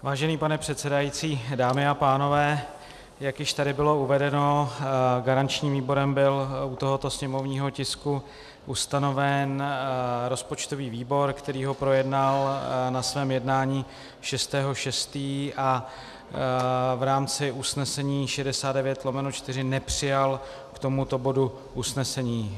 Vážený pane předsedající, dámy a pánové, jak již tady bylo uvedeno, garančním výborem byl u tohoto sněmovního tisku ustanoven rozpočtový výbor, který ho projednal na svém jednání 6. 6. a v rámci usnesení 69/4 nepřijal k tomuto bodu usnesení.